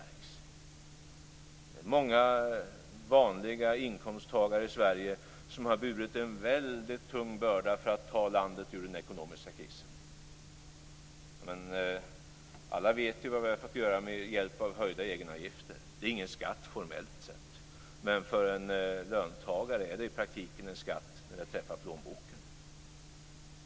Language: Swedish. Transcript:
Det är många vanliga inkomsttagare i Sverige som har burit en väldigt tung börda för att ta landet ur den ekonomiska krisen. Alla vet vad vi har fått göra med hjälp av höjda egenavgifter. Det är formellt sett ingen skatt. Men för en löntagare är det i praktiken en skatt när de träffar plånboken.